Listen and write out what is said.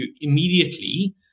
immediately